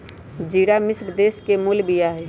ज़िरा मिश्र देश के मूल बिया हइ